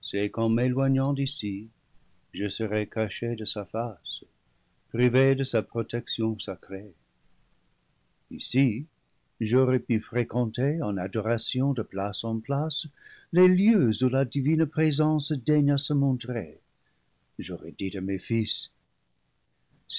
je serai caché de sa face privé de sa protection sacrée ici j'aurais pu fré quenter en adoration de place en place les lieux où la divine présence daigna se montrer j'aurais dit à mes fils